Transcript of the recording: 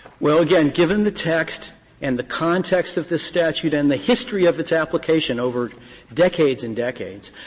well, again, given the text and the context of this statute and the history of its application over decades and decades,